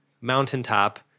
mountaintop